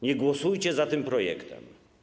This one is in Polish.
Nie głosujcie za tym projektem.